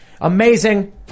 amazing